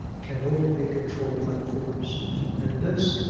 can only be controlled by force and this,